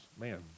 man